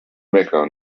mecca